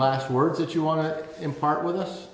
last words that you want to impart with